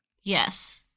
Yes